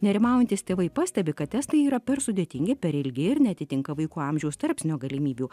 nerimaujantys tėvai pastebi kad testai yra per sudėtingi per ilgi ir neatitinka vaikų amžiaus tarpsnio galimybių